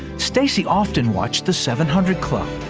stacey often watched the seven hundred club.